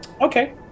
okay